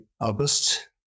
August